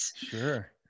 Sure